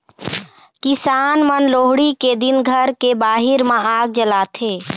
किसान मन लोहड़ी के दिन घर के बाहिर म आग जलाथे